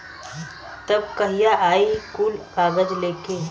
तब कहिया आई कुल कागज़ लेके?